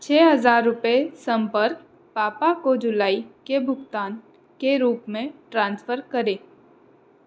छः हज़ार रुपये सम्पर्क पापा को जुलाई के भुगतान के रूप में ट्रांसफ़र करें